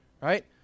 right